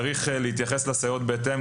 צריך להתייחס לסייעות בהתאם,